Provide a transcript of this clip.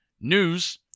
news